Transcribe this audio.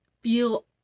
feel